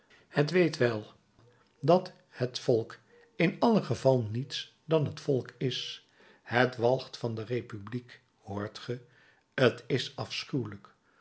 het weet wel dat het volk in allen geval niets dan het volk is het walgt van de republiek hoort ge t is afschuwelijk